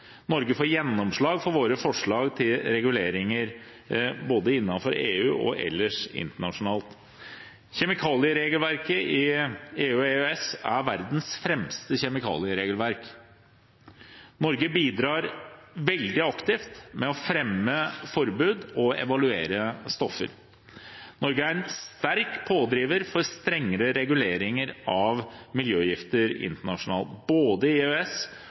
Norge får gjennomslag for sine forslag til reguleringer, både innenfor EU og ellers internasjonalt. Kjemikalieregelverket i EU og EØS er verdens fremste kjemikalieregelverk. Norge bidrar veldig aktivt med å fremme forbud og evaluere stoffer. Norge er en sterk pådriver for strengere reguleringer av miljøgifter internasjonalt, både i EØS